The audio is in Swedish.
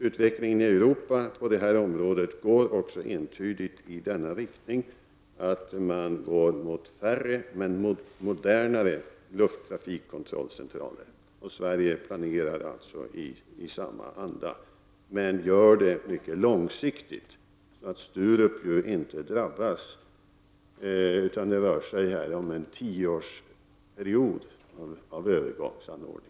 Utvecklingen i Europa på detta område går också entydigt i riktning mot färre men modernare lufttrafikcentraler. Sverige planerar alltså i samma anda, men gör det mycket långsiktigt så att Sturup inte skall drabbas. Det rör sig här om en tioårsperiod av övergångssamordning.